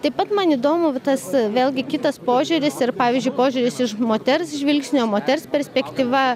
taip pat man įdomu tas vėlgi kitas požiūris ir pavyzdžiui požiūris iš moters žvilgsnio moters perspektyva